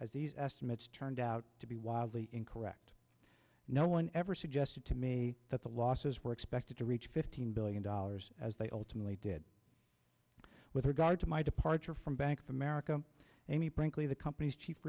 as these estimates turned out to be wildly incorrect no one ever suggested to me that the losses were expected to reach fifteen billion dollars as they ultimately did with regard to my departure from bank of america amy brinkley the company's chief